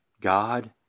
God